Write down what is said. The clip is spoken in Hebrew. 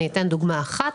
אני אתן דוגמה אחת.